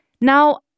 now